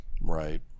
Right